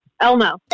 Elmo